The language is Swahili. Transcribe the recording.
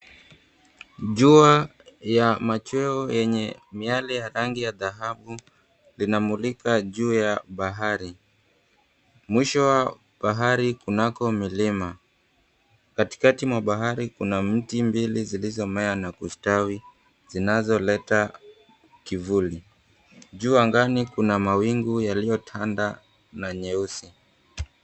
Jua ya machweo yenye miale ya rangi ya dhahabu linamulika juu ya bahari. Mwisho wa bahari kunako milima. Katikati mwa bahari kuna miti mbili zilizomea na kustawi zinazoleta kivuli. Juu angani kuna mawingu yaliotanda na nyeusi.